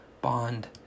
bond